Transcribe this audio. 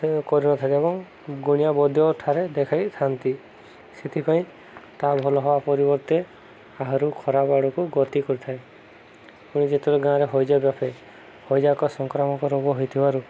ସେ କରିନଥାଏ ଏବଂ ଗୁଣିଆ ବୈଦ୍ୟ ଠାରେ ଦେଖାଇଥାନ୍ତି ସେଥିପାଇଁ ତାହା ଭଲ ହେବା ପରିବର୍ତ୍ତେ ଆହୁରି ଖରାପ ଆଡ଼କୁ ଗତି କରିଥାଏ ପୁଣି ଯେତେବେଳେ ଗାଁରେ ହଇଜା ବ୍ୟାପେ ହଇଜା ଏକ ସଂକ୍ରାମକ ରୋଗ ହୋଇଥିବାରୁ